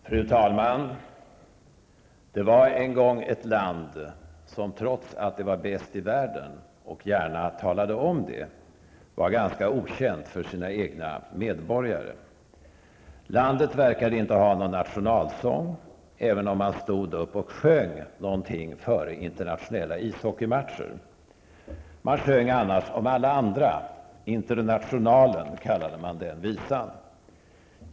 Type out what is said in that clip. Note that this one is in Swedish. Fru talman! Det var en gång ett land, som trots att det var bäst i världen och gärna talade om det, var ganska okänt för sina egna medborgare. Landet verkade inte ha någon nationalsång, även om man stod upp och sjöng någonting före internationella ishockeymatcher. Man sjöng annars om alla andra. Internationalen kallade man den visan.